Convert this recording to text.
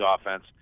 offense